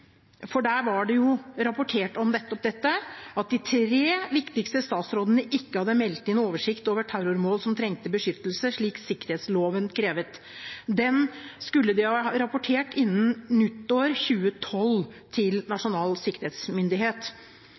Der var det rapportert om nettopp dette, at de tre viktigste statsrådene ikke hadde meldt inn en oversikt over terrormål som trengte beskyttelse, slik sikkerhetsloven krevet. Den skulle de ha rapportert til Nasjonal sikkerhetsmyndighet innen nyttår 2012.